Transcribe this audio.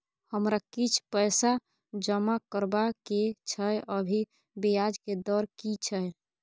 हमरा किछ पैसा जमा करबा के छै, अभी ब्याज के दर की छै?